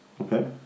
okay